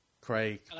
Craig